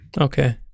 Okay